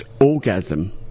orgasm